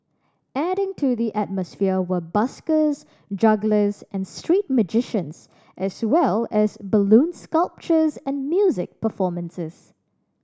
adding to the atmosphere were buskers jugglers and street magicians as well as balloon sculptures and music performances